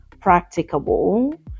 practicable